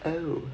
oh